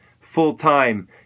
full-time